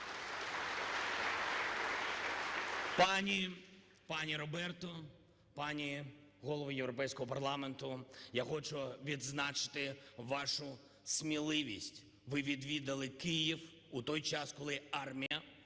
пані Роберта! Пані Голово Європейського Парламенту, я хочу відзначити вашу сміливість. Ви відвідали Київ у той час, коли армія